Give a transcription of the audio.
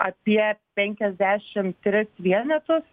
apie penkiasdešimt tris vienetus